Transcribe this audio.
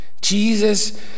Jesus